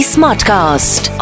Smartcast